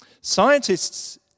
Scientists